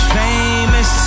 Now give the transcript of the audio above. famous